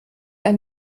ein